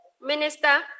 Minister